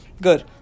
good